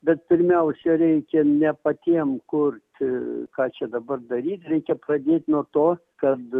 bet pirmiausia reikia ne patiem kurt aaa ką čia dabar daryt reikia pradėt nuo to kad